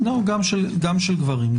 גם של גברים.